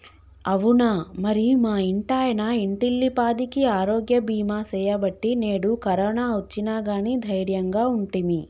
అవునా మరి మా ఇంటాయన ఇంటిల్లిపాదికి ఆరోగ్య బీమా సేయబట్టి నేడు కరోనా ఒచ్చిన గానీ దైర్యంగా ఉంటిమి